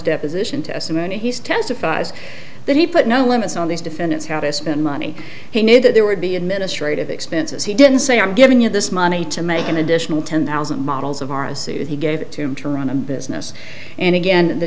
deposition testimony he testifies that he put no limits on these defendants how to spend money he knew that there would be administrative expenses he didn't say i'm giving you this money to make an additional ten thousand models of our a suit that he gave to turn around a business and again